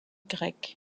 grecs